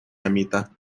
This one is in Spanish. amita